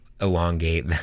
elongate